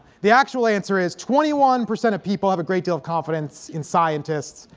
the actual answer is twenty one percent of people have a great deal of confidence in scientists,